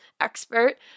expert